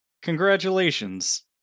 Congratulations